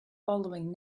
following